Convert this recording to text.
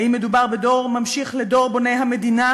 האם מדובר בדור ממשיך לדור בוני המדינה,